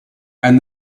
and